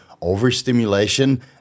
overstimulation